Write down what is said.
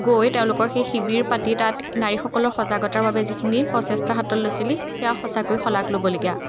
গৈ তেওঁলোকৰ সেই শিবিৰ পাতি তাত নাৰীসকলৰ সজাগতাৰ বাবে যিখিনি প্ৰচেষ্টা হাতত লৈছিলে সেয়া সঁচাকৈ শলাগ ল'বলগীয়া